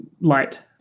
light